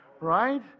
right